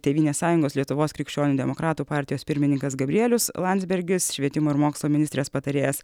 tėvynės sąjungos lietuvos krikščionių demokratų partijos pirmininkas gabrielius landsbergis švietimo ir mokslo ministrės patarėjas